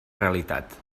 realitat